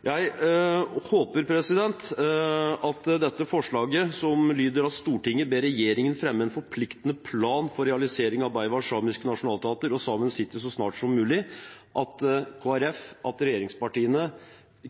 Jeg håper at Kristelig Folkeparti og regjeringspartiene